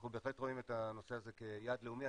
אנחנו בהחלט רואים את הנושא הזה כיעד לאומי.